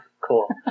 Cool